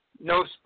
No